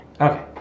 okay